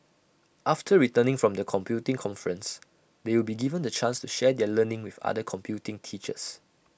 after returning from the computing conference they will be given the chance to share their learning with other computing teachers